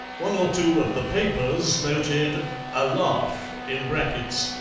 one or two of the papers noted a laugh in brackets,